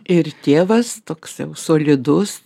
ir tėvas toks solidus